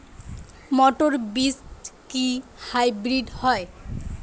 মটর বীজ কি হাইব্রিড হয়?